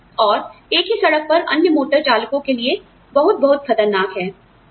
और एक ही सड़क पर अन्य मोटर चालकों के लिए बहुत बहुतखतरनाक है